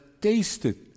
tasted